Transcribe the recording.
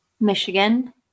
Michigan